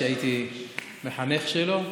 שהייתי מחנך שלו,